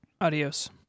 Adios